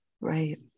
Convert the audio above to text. Right